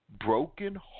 broken